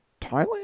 Thailand